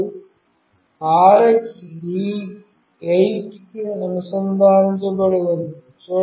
మరియు RX D8 కి అనుసంధానించబడి ఉంది